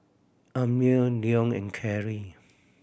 Amiah Leon and Cary